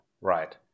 Right